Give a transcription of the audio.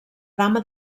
dama